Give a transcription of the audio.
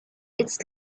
its